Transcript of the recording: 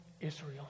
Israel